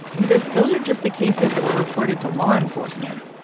he says those are just the cases that were reported to law enforcement.